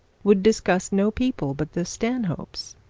would discuss no people but the stanhopes.